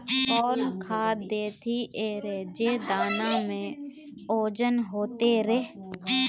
कौन खाद देथियेरे जे दाना में ओजन होते रेह?